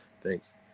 Thanks